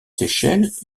seychelles